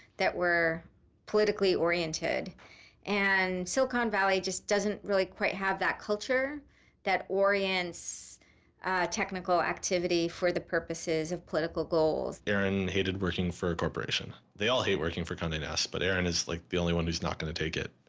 that were politically oriented and silicon valley just doesn't really quite have that culture that orients technical activity for the purposes of political goals. aaron hated working for a corporation. they all hated working for conde nast but aaron is like the only one who is not going to take it.